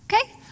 Okay